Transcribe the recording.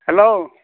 hello